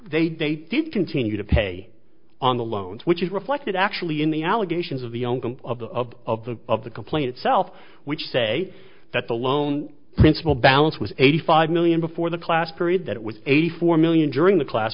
they they did continue to pay on the loans which is reflected actually in the allegations of the younger of the of the complain itself which say that the loan principle balance was eighty five million before the class period that it was eighty four million during the class